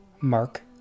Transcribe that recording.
Mark